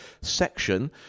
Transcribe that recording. section